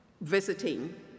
visiting